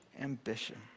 ambition